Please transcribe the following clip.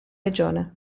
regione